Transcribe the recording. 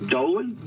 Dolan